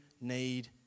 need